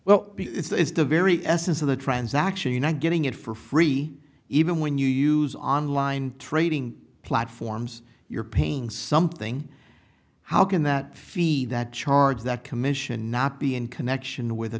well it's the very essence of the transaction you're not getting it for free even when you use online trading platforms you're paying something how can that fee that charge that commission not be in connection with